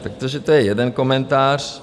Protože to je jeden komentář.